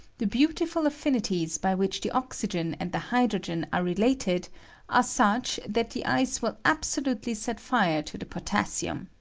the beautiful af and nities by which the oxygen and the hydrogen are related are such that the ice wul absolutely set fire to the potassium.